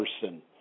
person